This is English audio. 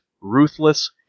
ruthless